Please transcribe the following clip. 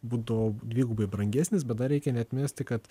būdavo dvigubai brangesnis bet dar reikia neatmesti kad